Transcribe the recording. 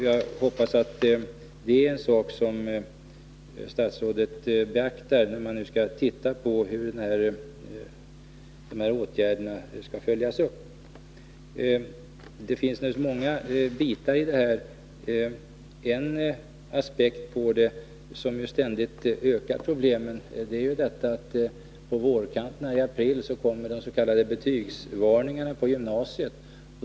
Jag hoppas att statsrådet beaktar den saken, när man nu skall bedöma hur de här åtgärderna skall följas upp. Det finns naturligtvis många aspekter i detta sammanhang. En omständighet, som ständigt ökar problemen, är att på vårkanten, i april, kommer de s.k. betygsvarningarna på gymnasiet.